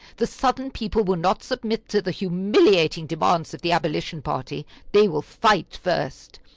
the southern people will not submit to the humiliating demands of the abolition party they will fight first.